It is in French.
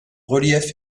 relief